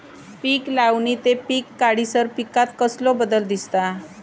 पीक लावणी ते पीक काढीसर पिकांत कसलो बदल दिसता?